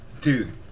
dude